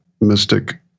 mystic